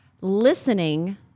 listening